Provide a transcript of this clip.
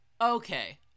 okay